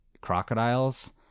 crocodiles